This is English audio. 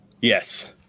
Yes